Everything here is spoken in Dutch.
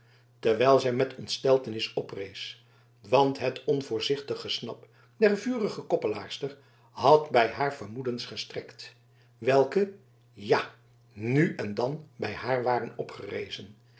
terwijl zij met ontsteltenis oprees want het onvoorzichtig gesnap der vuige koppelaarster had bij haar vermoedens gesterkt welke ja nu en dan bij haar waren opgerezen